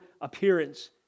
appearance